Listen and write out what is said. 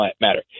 Matter